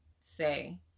say